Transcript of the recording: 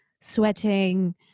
sweating